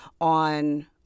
on